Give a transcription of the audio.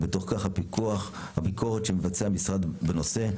ובתוך כך הפיקוח והביקורת שמבצע המשרד בנושא.